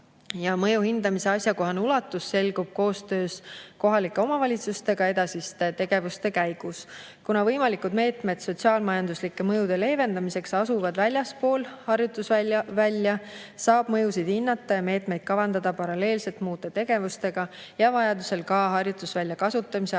Mõju hindamise asjakohane ulatus selgub koostöös kohalike omavalitsustega edasiste tegevuste käigus. Kuna võimalikud meetmed sotsiaal-majanduslike mõjude leevendamiseks asuvad väljaspool harjutusvälja, saab mõjusid hinnata ja meetmeid kavandada paralleelselt muude tegevustega ja vajadusel ka harjutusvälja kasutamise ajal ümber